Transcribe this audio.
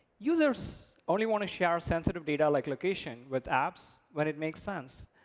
users only want to share sensitive data like location with apps when it makes sense.